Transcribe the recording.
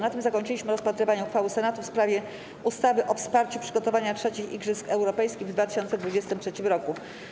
Na tym zakończyliśmy rozpatrywanie uchwały Senatu w sprawie ustawy o wsparciu przygotowania III Igrzysk Europejskich w 2023 roku.